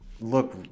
look